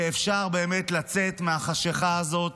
שאפשר באמת לצאת מהחשיכה הזאת